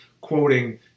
quoting